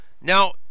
now